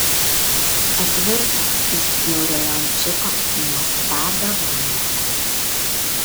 atvirto iš bjauriojo ančiuko į nuostabią gulbę